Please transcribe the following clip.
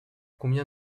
combien